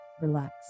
relax